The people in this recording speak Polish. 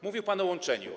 Mówił pan o łączeniu.